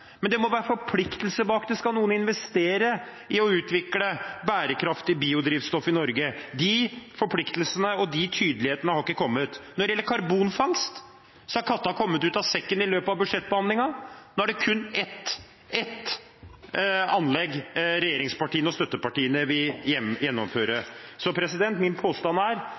men det må være forpliktelse bak det, dersom noen skal investere i å utvikle bærekraftig biodrivstoff i Norge. De forpliktelsene og de tydelighetene har ikke kommet. Når det gjelder karbonfangst, har katta kommet ut av sekken i løpet av budsjettbehandlingen. Nå er det kun ett anlegg regjeringspartiene og støttepartiene vil gjennomføre. Så min påstand er